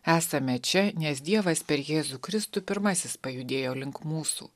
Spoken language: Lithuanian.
esame čia nes dievas per jėzų kristų pirmasis pajudėjo link mūsų